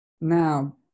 now